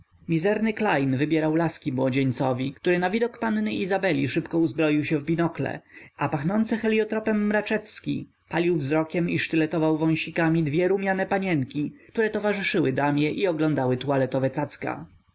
mizerny klejn wybierał laski młodzieńcowi który na widok panny izabeli szybko uzbroił się w binokle a pachnący heliotropem mraczewski palił wzrokiem i sztyletował wąsikami dwie rumiane panienki które towarzyszyły damie i oglądały tualetowe cacka